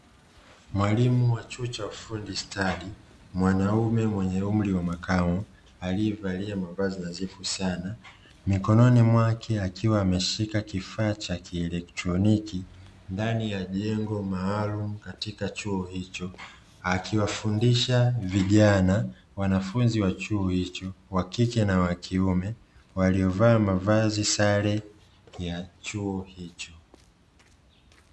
Mwalimu wa chuo cha ufundi stadi, mwanaume mwenye umri wa makamo aliyevalia mavazi nadhifu, alikuwa ameshika kifaa cha kielektroniki mikononi mwake ndani ya jengo maalumu la chuo hicho. Alionekana akiwafundisha wanafunzi vijana wa chuo, ambao walikuwa wamevaa sare rasmi za chuo hicho huku wakisikiliza kwa makini.